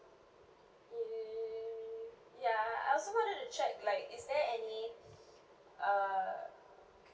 y~ ya I also wanted to check like is there any uh